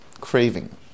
craving